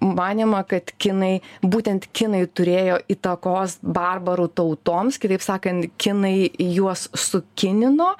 manymą kad kinai būtent kinai turėjo įtakos barbarų tautoms kitaip sakant kinai juos sukinino